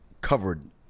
covered